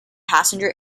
passenger